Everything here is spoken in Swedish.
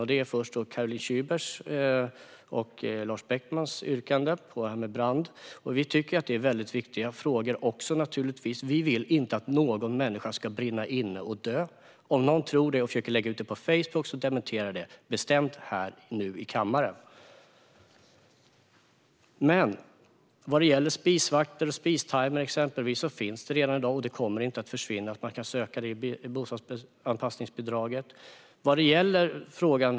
Först gäller det Caroline Szybers och Lars Beckmans yrkande när det gäller brand. Vi tycker naturligtvis också att det är väldigt viktiga frågor. Vi vill inte att någon människa ska brinna inne och dö. Om någon tror det och försöker lägga ut det på Facebook dementerar jag nu det bestämt här i kammaren. När det gäller exempelvis spisvakter och spistimer finns det dock redan i dag, och möjligheten att söka det bostadsanpassningsbidraget kommer inte att försvinna.